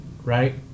right